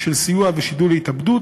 של סיוע ושידול להתאבדות,